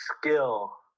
skill